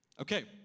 Okay